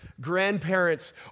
grandparents